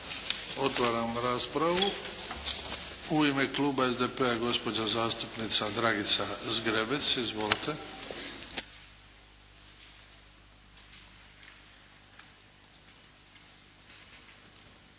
Otvaram raspravu. U ime kluba SDP-a, gospođa zastupnica Dragica Zgrebec. Izvolite.